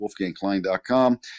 WolfgangKlein.com